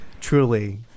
truly